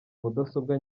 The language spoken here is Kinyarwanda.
mudasobwa